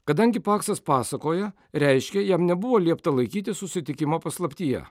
kadangi paksas pasakoja reiškia jam nebuvo liepta laikyti susitikimą paslaptyje